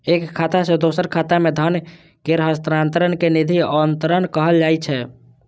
एक खाता सं दोसर खाता मे धन केर हस्तांतरण कें निधि अंतरण कहल जाइ छै